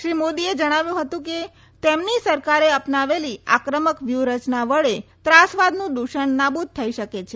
શ્રી મોદીએ જણાવ્યું હતું કે તેમની સરકારે અપનાવેલી આક્રમક વ્યૂહ રચના વડે ત્રાસવાદનું દૂષણ નાબુદ થઈ શકે છે